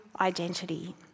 identity